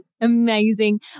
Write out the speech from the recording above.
Amazing